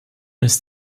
ist